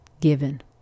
given